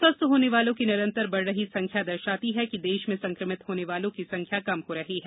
स्वस्थ होने वालों की निरंतर बढ़ रही संख्या दर्शाती है कि देश में संक्रमित होने वालों की संख्या कम हो रही है